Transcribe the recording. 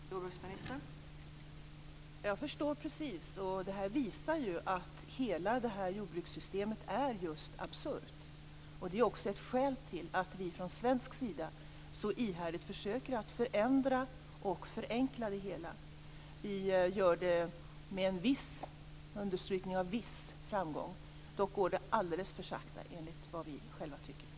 Fru talman! Jag förstår precis. Det här visar att hela jordbrukssystemet är just absurt. Det är också ett skäl till att vi från svensk sida så ihärdigt försöker att förändra och förenkla det hela. Vi gör det med en viss framgång, med en understrykning av viss. Dock går det alldeles för sakta, enligt vad vi själva tycker.